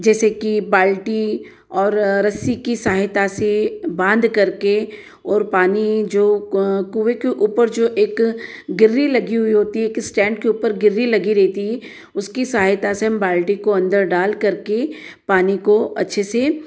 जैसे की बाल्टी और रस्सी कि सहायता से बांधकर के और पानी जो कुएँ के ऊपर जो एक गिर्री लगी हुई होती है एक इस्टैण्ड के ऊपर गिर्री लगी रहती है उसकी सहायता से हम बाल्टी को अंदर डालकर के पानी को अच्छे से